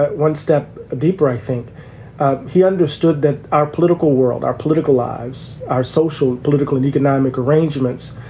but one step deeper. i think he understood that our political world, our political lives, our social, political and economic arrangements,